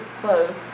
close